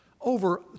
over